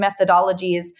methodologies